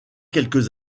quelques